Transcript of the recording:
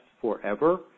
forever